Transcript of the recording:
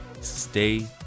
stay